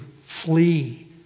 flee